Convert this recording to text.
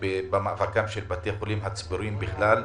במאבקם של בתי החולים הציבוריים בכלל,